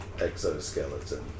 exoskeleton